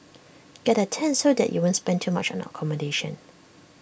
get A tent so that you won't spend too much on accommodation